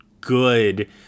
good